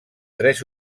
tres